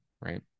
right